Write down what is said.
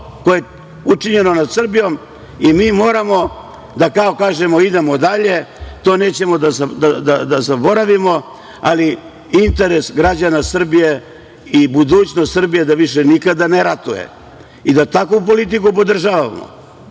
koje je učinjeno nad Srbijom. Mi moramo da kao kažemo – idemo dalje, to nećemo da zaboravimo, ali interes građana Srbije i budućnost Srbije da više nikada ne ratuje i da takvu politiku podržavamo. Kažu